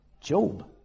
Job